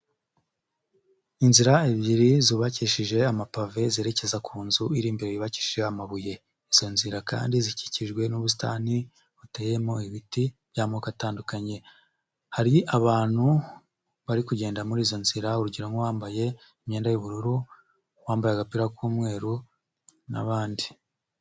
Inzira ebyiri zubakishije amapave zerekeza ku nzu iri imbere yubakishije amabuye, izo nzira kandi zikikijwe n'ubusitani buteyemo ibiti by'amoko atandukanye, hari abantu bari kugenda muri izo nzira, urugero nk'uwambaye imyenda y'ubururu, uwambaye agapira k'umweru n'abandi.